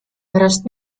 pärast